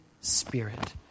Spirit